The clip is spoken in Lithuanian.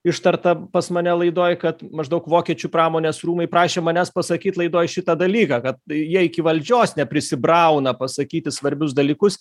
ištartą pas mane laidoj kad maždaug vokiečių pramonės rūmai prašė manęs pasakyt laidoj šitą dalyką kad jie iki valdžios neprisibrauna pasakyti svarbius dalykus